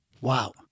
Wow